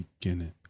beginning